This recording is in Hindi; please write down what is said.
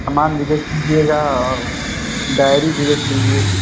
समान भी देख लिजिएगा और डायरी भी देख लिजिए